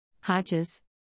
Hodges